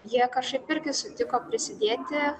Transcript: jie kažkaip irgi sutiko prisidėti